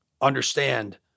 understand